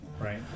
right